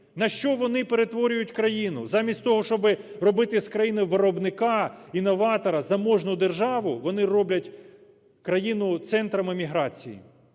На що вони перетворюють країну? Замість того, щоби робити з країни виробника, інноватора, заможну державу вони роблять країну центром еміграції,